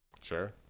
sure